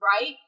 right